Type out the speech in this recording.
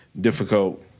difficult